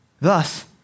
Thus